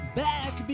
back